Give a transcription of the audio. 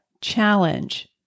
challenge